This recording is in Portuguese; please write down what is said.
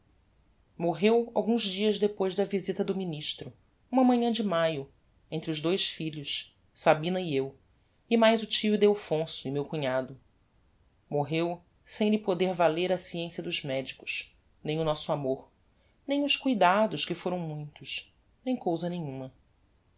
morreu alguns dias depois da visita do ministro uma manhã de maio entre os dois filhos sabina e eu e mais o tio ildefonso e meu cunhado morreu sem lhe poder valer a sciencia dos medicos nem o nosso amor nem os cuidados que foram muitos nem cousa nenhuma